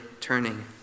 turning